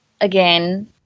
again